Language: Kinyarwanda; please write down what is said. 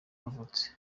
yavutse